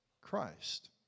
Christ